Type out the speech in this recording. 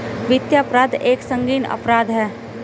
वित्तीय अपराध एक संगीन अपराध है